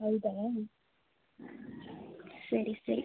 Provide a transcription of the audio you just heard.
ಹೌದಾ ಸರಿ ಸರಿ